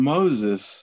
Moses